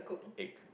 egg